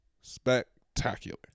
spectacular